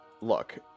look